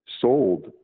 sold